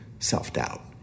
self-doubt